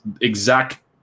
exact